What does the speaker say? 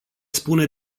spune